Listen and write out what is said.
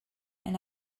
and